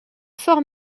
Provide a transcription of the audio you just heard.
fort